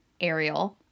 Ariel